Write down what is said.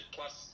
Plus